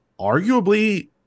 arguably